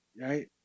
right